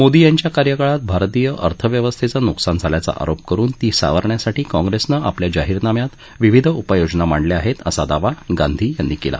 मोदी यांच्या कार्यकाळात भारतीय अर्थव्यवस्थेचं नुकसान झाल्याचा आरोप करुन ती सावरण्यासाठी काँप्रेसनं आपल्या जाहीरनाम्यात विविध उपाययोजना मांडल्या आहेत असा दावा गांधी यांनी केला